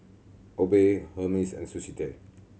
Obey Hermes and Sushi Tei